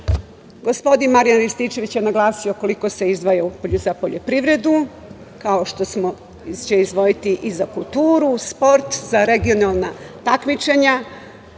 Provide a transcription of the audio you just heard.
Marijan Rističević je naglasio koliko se izdvaja za poljoprivredu, kao što će se izdvojiti i za kulturu, sport, za regionalna takmičenja,